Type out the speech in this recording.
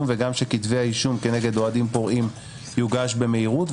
וגם שכתבי האישום כנגד אוהדים פורעים יוגש במהירות,